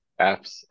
apps